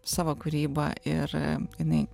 savo kūrybą ir jinai